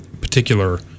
particular